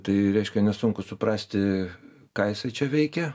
tai reiškia nesunku suprasti ką jisai čia veikė